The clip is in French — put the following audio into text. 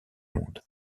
monde